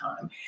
time